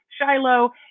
Shiloh